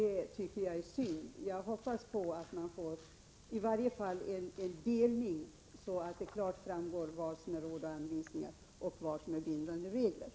Detta tycker jag är synd, och jag hoppas att det blir en uppdelning, så att det klart framgår vad som är råd och anvisningar och vad som är bindande regler.